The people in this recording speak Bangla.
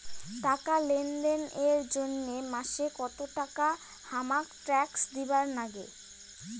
টাকা লেনদেন এর জইন্যে মাসে কত টাকা হামাক ট্যাক্স দিবার নাগে?